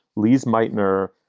liesje meitner,